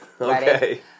Okay